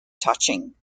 touching